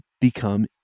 become